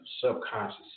subconscious